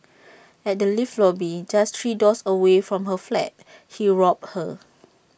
at the lift lobby just three doors away from her flat he robbed her